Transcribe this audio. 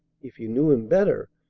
if you knew him better,